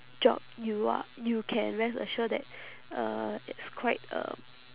job you are you can rest assure that uh it's quite um